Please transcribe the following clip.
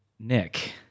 Nick